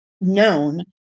known